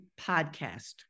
podcast